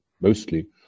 mostly